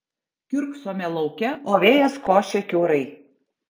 kiurksome lauke o vėjas košia kiaurai